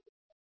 professor